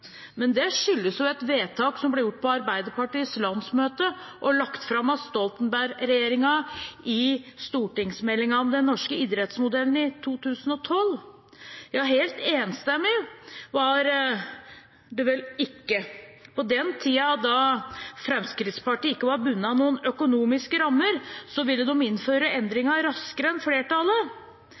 Men det skyldes et vedtak som ble gjort på Arbeiderpartiets landsmøte og lagt fram av Stoltenberg-regjeringen i stortingsmeldingen om den norske idrettsmodellen i 2012. Ja, helt enstemmig var det vel ikke. På den tiden, da Fremskrittspartiet ikke var bundet av noen økonomiske rammer, ville de innføre endringen raskere enn flertallet.